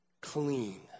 Clean